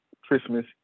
Christmas